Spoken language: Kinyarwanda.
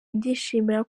ndishimira